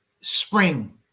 spring